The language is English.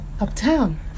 uptown